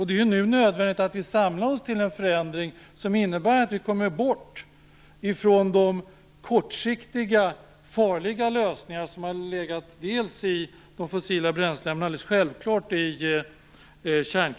Det är nödvändigt att vi nu samlar oss kring en förändring som innebär att vi kommer bort från de kortsiktiga och farliga lösningar som legat dels i de fossila bränslena, dels - detta är alldeles självklart - i kärnkraften.